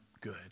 good